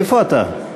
איפה אתה?